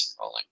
rolling